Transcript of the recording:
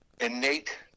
innate